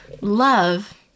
love